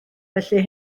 felly